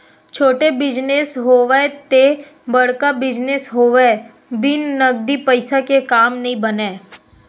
छोटे बिजनेस होवय ते बड़का बिजनेस होवय बिन नगदी पइसा के काम नइ बनय